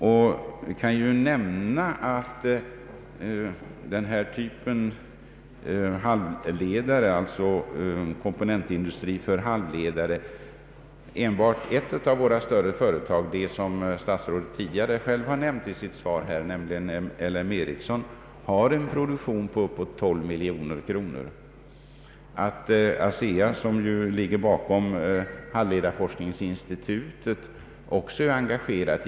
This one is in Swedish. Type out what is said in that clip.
Jag kan nämna, beträffande den här typen av komponentindustri för halvledare, att enbart ett av våra större företag som statsrådet tidigare har nämnt i sitt svar, nämligen L M Ericsson, har en sådan produktion till ett värde av uppåt 12 miljoner kronor. ASEA som ju ligger bakom halvledarforskningsinstitutet, är också engagerat.